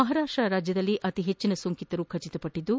ಮಹಾರಾಷ್ಟ ರಾಜ್ಯದಲ್ಲಿ ಅತಿ ಹೆಚ್ಚಿನ ಸೋಂಕಿತರು ದೃಢಪಟ್ಟದ್ದು